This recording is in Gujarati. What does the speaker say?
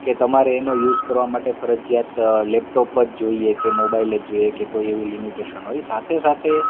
કે તમારે એનો યુઝ કરવા માટે ફરજિયાત લેપટોપ જ જોઈએ કે મોબાઈલ જ જોઈએ કે કોઈ એવી લિમિટેશન હોય સાથે સાથે